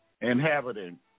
inhabiting